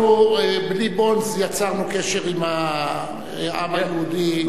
אנחנו בלי "בונדס" יצרנו קשר עם העם היהודי.